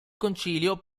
concilio